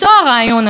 לגוף אחד,